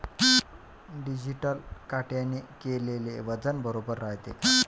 Digital काट्याने केलेल वजन बरोबर रायते का?